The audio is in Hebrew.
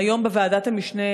היום בוועדת המשנה